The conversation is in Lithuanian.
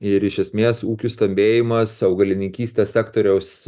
ir iš esmės ūkių stambėjimas augalininkystės sektoriaus